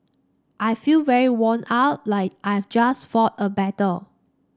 I feel very worn out like I've just fought a battle